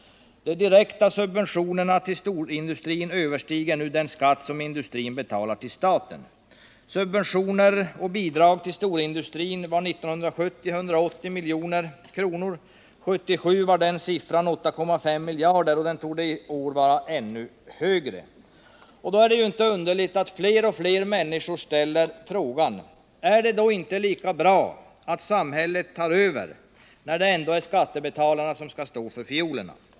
De direkta subventionerna till storindustrin överstiger nu den skatt som industrin betalar till staten. Subventioner och bidrag till storindustrin var år 1970 180 milj.kr. År 1977 var den siffran 8,5 miljarder, och den torde i år vara ännu högre. Det är inte underligt att fler och fler människor ställer frågan: Är det då inte lika bra att samhället tar över när det ändå är skattebetalarna som får stå för fiolerna?